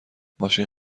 ماشین